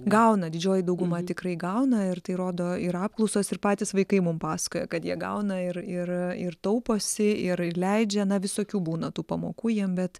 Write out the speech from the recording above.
gauna didžioji dauguma tikrai gauna ir tai rodo ir apklausos ir patys vaikai mum pasakoja kad jie gauna ir ir ir tauposi ir leidžia na visokių būna tų pamokų jiem bet